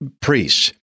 priests